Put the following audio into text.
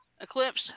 Eclipse